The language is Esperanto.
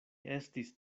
estis